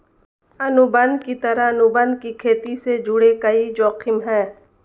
अनुबंध की तरह, अनुबंध खेती से जुड़े कई जोखिम है